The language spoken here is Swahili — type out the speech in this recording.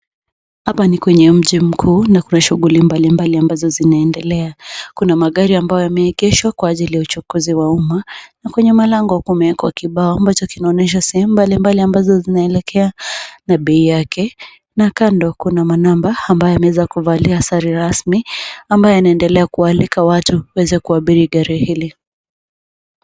Hapa ni kwenye mji mkuu na kuna shughuli mbali mbali ambazo zinaendelea kuna magari ambao ameegeshwa kwa ajili wa uchukuzi wa umma na kwenye mlango imewekwa kibao moja kinaonyeshwa sehemu mbali mbali ambazo zinaelekea na bei yake na kando kuna manamba ambazo kuvalia sare rasmi amabaye yanaendelea kualika watu kuweze kuabiri gari hili.